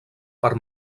per